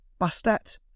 Bastet